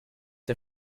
der